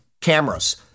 cameras